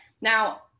Now